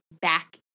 back